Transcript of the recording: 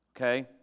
Okay